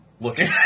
looking